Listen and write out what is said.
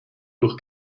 durch